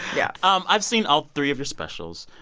yeah um i've seen all three of your specials.